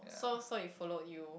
so so he followed you